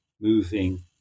moving